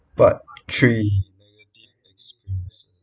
part three negative experiences